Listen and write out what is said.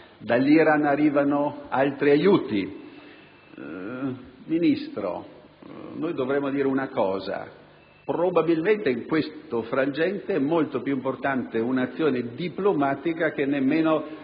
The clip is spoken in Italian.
dall'Iran arrivano altri aiuti. Ministro, noi dovremmo dire una cosa: probabilmente in questo frangente è molto più importante un'azione diplomatica che rafforzare